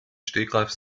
stegreif